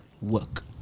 work